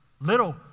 Little